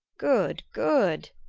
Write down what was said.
good! good!